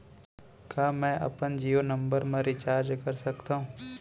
का मैं अपन जीयो नंबर म रिचार्ज कर सकथव?